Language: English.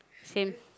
fail